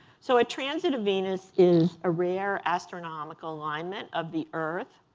so a transit of venus is a rare astronomical alignment of the earth,